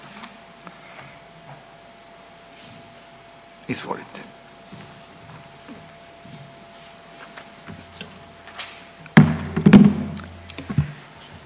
Hvala vam.